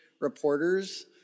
reporters